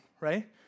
right